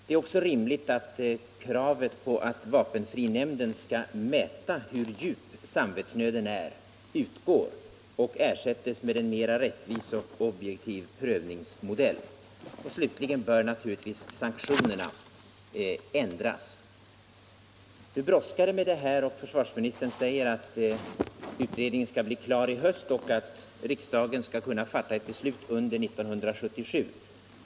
Det är också rimligt att kravet på att vapenfrinämnden skall mäta hur djup samvetsnöden är utgår och ersätts med en mera rättvisande och objektiv prövningsmodell. Slutligen bör naturligtvis sanktionerna ändras. Nu brådskar det med detta. Försvarsministern säger att utredningen skall bli klar i höst och att riksdagen skall kunna fatta ett beslut under 1977.